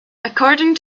according